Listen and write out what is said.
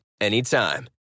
anytime